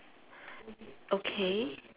okay